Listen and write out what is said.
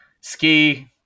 ski